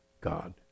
God